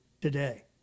today